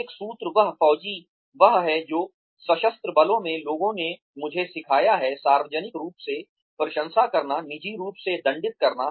एक सूत्र वह फौजी वह है जो सशस्त्र बलों में लोगों ने मुझे सिखाया है सार्वजनिक रूप से प्रशंसा करना निजी रूप से दंडित करना